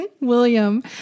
William